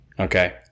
Okay